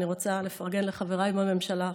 אני רוצה לפרגן לחבריי בממשלה,